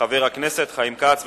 חבר הכנסת חיים כץ.